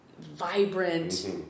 vibrant